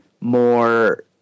more